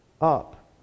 up